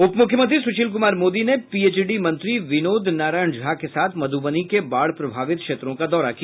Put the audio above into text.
उपमुख्यमंत्री स्शील कुमार मोदी ने पीएचइडी मंत्री विनोद नारायण झा के साथ मध्रबनी के बाढ़ प्रभावित क्षेत्रों का दौरा किया